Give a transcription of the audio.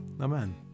Amen